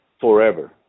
forever